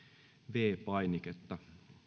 viides painiketta